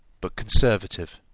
but conservative.